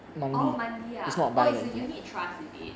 orh monthly ah oh its a unit trust is it